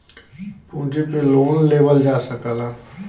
पूँजी पे लोन लेवल जा सकला